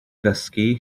ddysgu